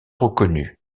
reconnu